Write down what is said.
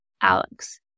Alex